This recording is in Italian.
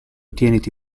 tieniti